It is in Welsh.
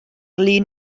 lun